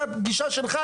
גישה שלך,